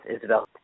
Isabel